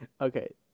okay